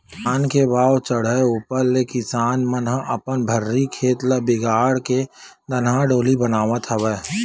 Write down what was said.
धान के भाव चड़हे ऊपर ले किसान मन ह अपन भर्री खेत ल बिगाड़ के धनहा डोली बनावत हवय